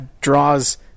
draws